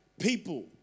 people